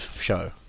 show